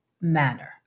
manner